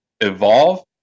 evolve